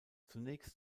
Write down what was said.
zunächst